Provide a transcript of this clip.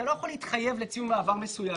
לא יכול להתחייב לציון מעבר מסוים.